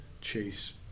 chase